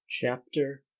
Chapter